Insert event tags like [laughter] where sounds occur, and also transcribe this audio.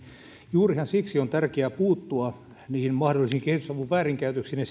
juurihan siksi on tärkeää puuttua niihin mahdollisiin kehitysavun väärinkäytöksiin ja [unintelligible]